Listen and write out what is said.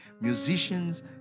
musicians